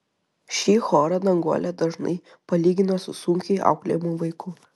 šį chorą danguolė dažnai palygina su sunkiai auklėjamu vaiku